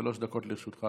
שלוש דקות לרשותך,